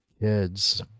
kids